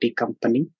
company